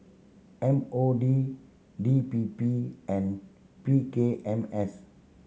M O D D P P and P K M S